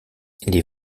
les